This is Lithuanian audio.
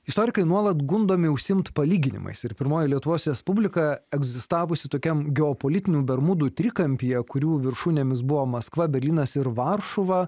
istorikai nuolat gundomi užsiimt palyginimais ir pirmoji lietuvos respublika egzistavusi tokiam geopolitinių bermudų trikampyje kurių viršūnėmis buvo maskva berlynas ir varšuva